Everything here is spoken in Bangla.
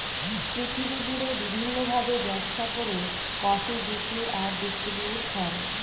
পৃথিবী জুড়ে বিভিন্ন ভাবে ব্যবসা করে কফি বিক্রি আর ডিস্ট্রিবিউট হয়